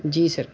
جی سر